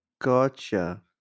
Gotcha